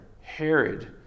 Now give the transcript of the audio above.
Herod